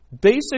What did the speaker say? Basic